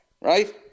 right